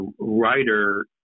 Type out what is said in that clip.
writer